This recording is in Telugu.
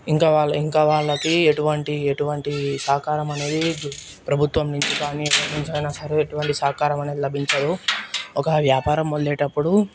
ఇంకా వాళ్ళు ఇంకా వాళ్ళకి ఎటువంటి సహకారం అనేది ప్రభుత్వం నుంచి గానీ ఎటి నుంచి అయినా సరే ఎటువంటి సహకారం అనేది లభించదు ఒక వ్యాపారం మొదలేటప్పుడు